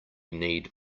need